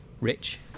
rich